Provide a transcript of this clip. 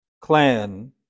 clan